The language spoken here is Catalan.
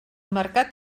mercat